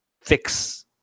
fix